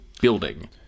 building